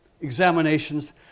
Examinations